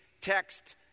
text